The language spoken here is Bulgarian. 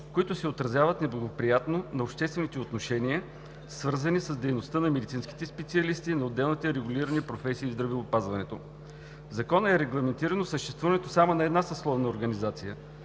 които се отразяват неблагоприятно на обществените отношения, свързани с дейността на медицинските специалисти и на отделните регулирани професии в здравеопазването. В Закона е регламентирано съществуването само на една съсловна организация